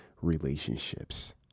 relationships